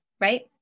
right